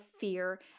fear